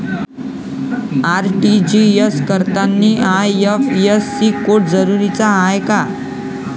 RTGS करतांनी IFSC code जरुरीचा हाय का?